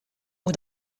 aux